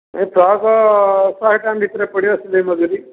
ଏଇ ଫ୍ରକ୍ ଶହେ ଟଙ୍କା ଭିତରେ ପଡ଼ିବ ସିଲେଇ ମଜୁରି